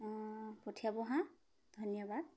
অঁ পঠিয়াব হাঁ ধন্যবাদ